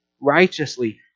righteously